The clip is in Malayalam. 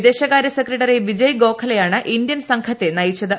വിദേശകാരൃ സെക്രട്ടറി വിജയ് ഗോഖലെയാണ് ഇന്തൃൻ സംഘത്തെ നയിച്ചത്